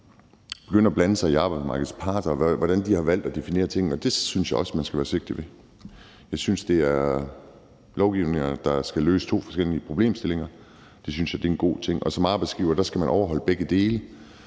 begyndte at blande sig i arbejdsmarkedets parters arbejde, og hvordan de har valgt at definere tingene. Det synes jeg også man skal være forsigtig med. Jeg synes, det er lovgivninger, der skal løse to forskellige problemstillinger. Det synes jeg er en god ting. Som arbejdsgiver skal man overholde begge dele,